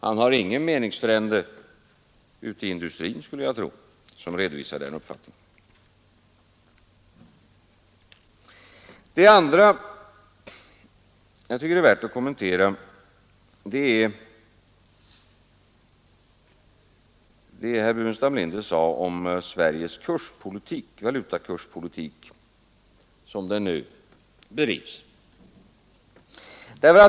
Han har ingen meningsfrände ute i industrin, skulle jag tro, som redovisar den uppfattningen. Det andra som jag tycker är värt att kommentera är det herr Burenstam Linder sade om Sveriges valutakurspolitik som den nu bedrivs.